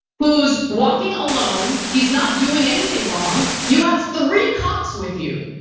who's walking alone, he's not doing anything wrong, you have three cops with you.